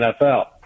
NFL